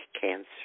cancer